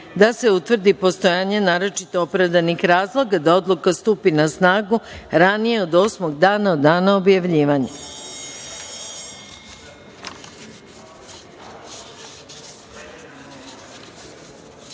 da se utvrdi postojanje naročito opravdanih razloga da odluka stupi na snagu ranije od osmog dana od dana objavljivanja. Zaključujem